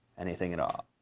anything at all?